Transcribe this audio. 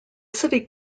city